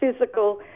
physical